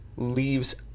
leaves